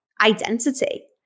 identity